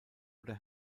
oder